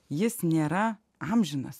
jis nėra amžinas